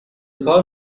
کار